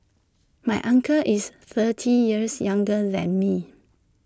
my uncle is thirty years younger than me